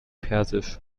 persisch